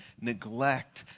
neglect